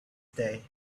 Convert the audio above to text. day